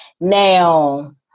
now